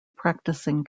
practicing